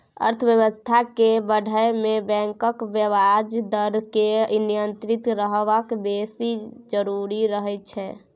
अर्थबेबस्था केँ बढ़य मे बैंकक ब्याज दर केर नियंत्रित रहब बेस जरुरी रहय छै